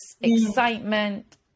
excitement